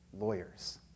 lawyers